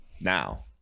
now